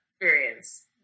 experience